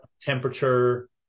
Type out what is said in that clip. Temperature